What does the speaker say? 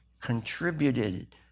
contributed